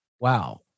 wow